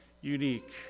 unique